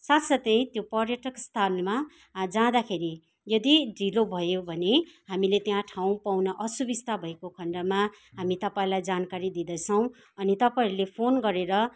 साथ साथै त्यो पर्यटक स्थानमा जाँदाखेरि यदि ढिलो भयो भने हामीले त्यहाँ ठाउँ पाउन असुबिस्ता भएको खण्डमा हामी तपाईँलाई जानकारी दिँदछौ अनि तपाईँहरूले फोन गरेर